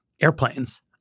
airplanes